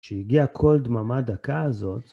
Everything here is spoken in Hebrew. כשהגיע כל דממה דקה הזאת,